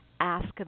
ask